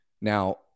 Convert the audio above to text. Now